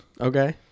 Okay